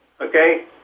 Okay